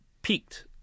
peaked